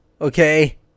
okay